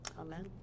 amen